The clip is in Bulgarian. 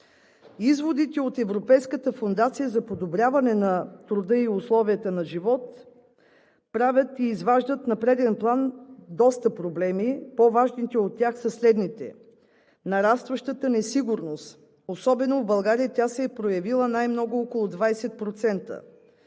Изводите от Европейската фондация за подобряване на труда и условията на живот правят и изваждат на преден план доста проблеми. По-важните от тях са следните: нарастващата несигурност, особено в България тя се е проявила най-много – около 20%;